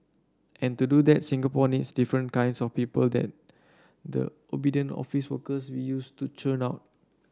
and to do that Singapore needs different kinds of people than the obedient office workers we used to churn out